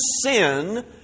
sin